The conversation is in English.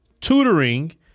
tutoring